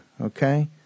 okay